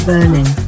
Berlin